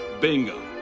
bingo